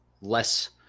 less